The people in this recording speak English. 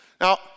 Now